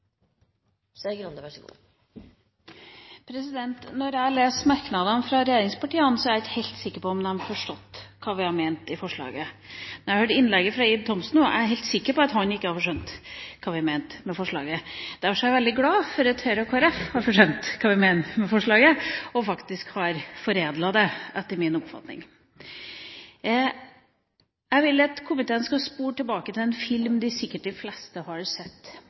jeg ikke helt sikker på om de har forstått hva vi har ment i forslaget. Da jeg hørte innlegget fra representanten Ib Thomsen, var jeg helt sikker på han ikke hadde skjønt hva vi mente med forslaget. Derfor er jeg veldig glad for at Høyre og Kristelig Folkeparti har skjønt hva vi mener med forslaget, og faktisk har foredlet det, etter min oppfatning. Jeg vil at komiteen skal spole tilbake til en film de fleste sikkert har sett – filmen om Billy Elliot – historien om arbeiderklassegutten som vokser opp i en verden der ingen helt har